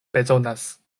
bezonas